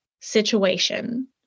situation